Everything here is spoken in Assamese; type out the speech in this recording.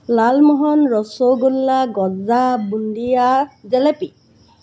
লালমোহন ৰসগোল্লা গজা বুন্দিয়া জেলেপি